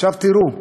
עכשיו תראו,